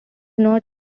not